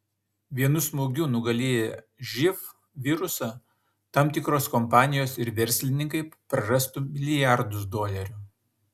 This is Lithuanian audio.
vienu smūgiu nugalėję živ virusą tam tikros kompanijos ir verslininkai prarastų milijardus dolerių